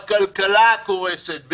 בכלכלה הקורסת,